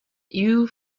you